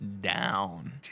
down